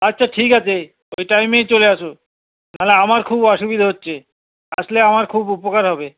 আচ্ছা ঠিক আছে ওই টাইমেই চলে আসো নাহলে আমার খুব অসুবিধে হচ্ছে আসলে আমার খুব উপকার হবে